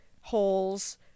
holes